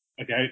Okay